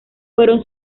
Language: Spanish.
fueron